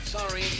Sorry